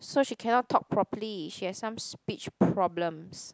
so she cannot talk properly she has some speech problems